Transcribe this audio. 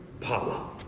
power